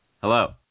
Hello